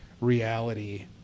reality